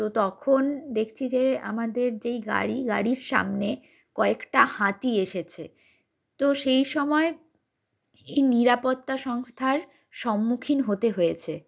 তো তখন দেখছি যে আমদের যেই গাড়ি গাড়ির সামনে কয়েকটা হাতি এসেছে তো সেই সময় এই নিরাপত্তা সংস্থার সম্মুখীন হতে হয়েছে